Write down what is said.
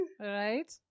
Right